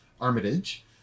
Armitage